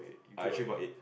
I three point eight